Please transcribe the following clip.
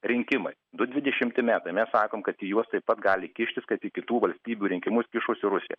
rinkimai du dvidešimti metai mes sakom kad į juos taip pat gali kištis kad į kitų valstybių rinkimus kišosi rusija